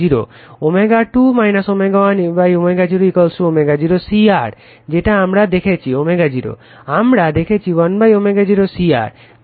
ω2 ω 1ω0 ω0 CR যেটা আমরা দেখেছি Q0 আমরা দেখেছি 1 ω0 CR